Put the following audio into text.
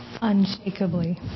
unshakably